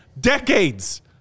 decades